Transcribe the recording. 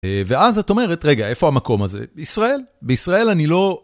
ואז את אומרת, רגע, איפה המקום הזה? בישראל? בישראל אני לא...